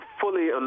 fully